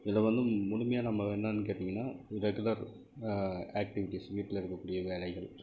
இதில் வந்து முழுமையாக நம்ம என்னென்னு கேட்டிங்கனால் ரெகுலர் ஆக்ட்டிவிட்டிஸ் வீட்டில் இருக்கக்கூடிய வேலைகள்